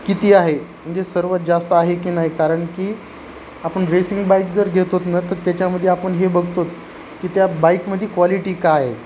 किती आहे म्हणजे सर्वात जास्त आहे की नाही कारण की आपण रेसिंग बाईक जर घेतो न तर त्याच्यामध्ये आपण हे बघतो की त्या बाईकमध्ये क्वालिटी काय आहे